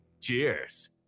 Cheers